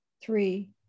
three